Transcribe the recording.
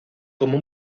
como